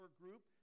group